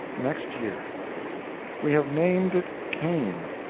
next year we have named it cain.